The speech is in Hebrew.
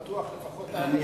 בטוח לפחות עד,